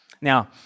Now